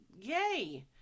yay